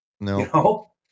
no